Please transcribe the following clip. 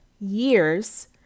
years